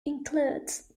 includes